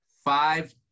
Five